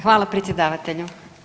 Hvala predsjedavatelju.